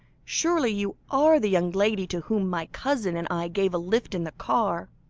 surely you are the young lady to whom my cousin and i gave a lift in the car?